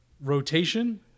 rotation